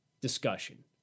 discussion